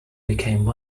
became